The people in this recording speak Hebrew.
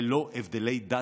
ללא הבדלי דת,